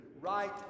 right